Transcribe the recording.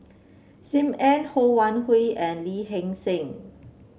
Sim Ann Ho Wan Hui and Lee Hee Seng